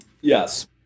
Yes